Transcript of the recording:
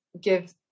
give